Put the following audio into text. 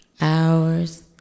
Hours